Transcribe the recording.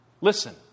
Listen